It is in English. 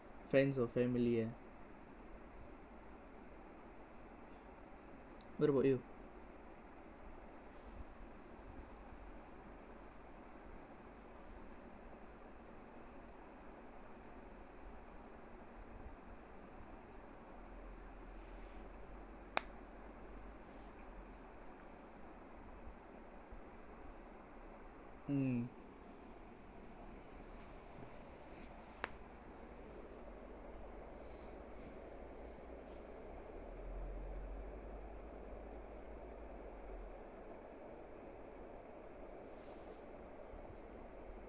friends or family ah what about you mm